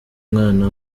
umwana